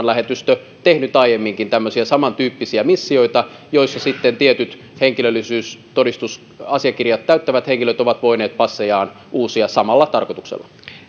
lähetystö tehnyt aiemminkin tämmöisiä samantyyppisiä missioita joissa sitten tietyt henkilöllisyystodistusasiakirjat täyttävät henkilöt ovat voineet passejaan uusia samalla tarkoituksella